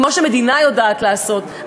כמו שמדינה יודעת לעשות,